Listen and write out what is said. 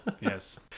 Yes